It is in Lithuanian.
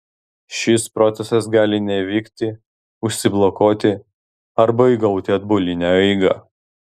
šis procesas gali nevykti užsiblokuoti arba įgauti atbulinę eigą